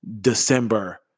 December